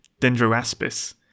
Dendroaspis